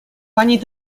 pani